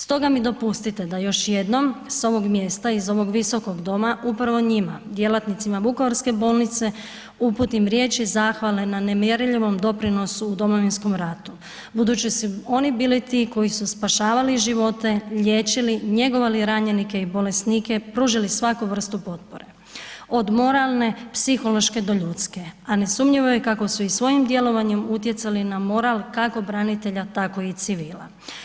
Stoga mi dopustite da još jednom s ovog mjesta iz ovog Visokog doma upravo njima, djelatnicima vukovarske bolnice uputim riječi zahvale na nemjerljivom doprinosu u Domovinskom ratu budući su oni bili ti koji su spašavali živote, liječili, njegovali ranjenike i bolesnike, pružili svaku vrstu potpore, od moralne, psihološke do ljudske, a nesumnjivo je kako su i svojim djelovanjem utjecali na moral kako branitelja, tako i civila.